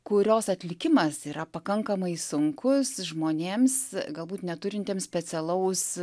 kurios atlikimas yra pakankamai sunkus žmonėms galbūt neturintiems specialaus